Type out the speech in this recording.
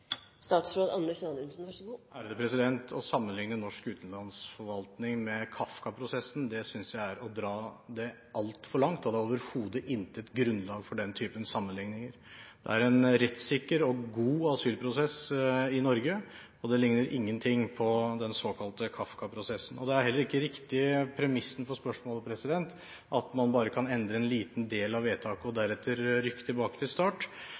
Å sammenligne norsk utlendingsforvaltning med Kafka-prosessen synes jeg er å dra det altfor langt, og det er overhodet intet grunnlag for den typen sammenligninger. Det er en rettssikker og god asylprosess i Norge, og det ligner ingenting på den såkalte Kafka-prosessen. Premissen for spørsmålet er heller ikke riktig: at man bare kan endre en liten del av vedtaket og deretter rykke tilbake til start.